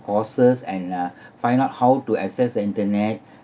courses and uh find out how to access the internet